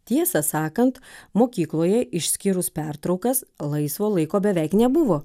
tiesą sakant mokykloje išskyrus pertraukas laisvo laiko beveik nebuvo